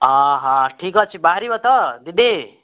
ଠିକ୍ ଅଛି ବାହାରିବ ତ ଦିଦି